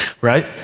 right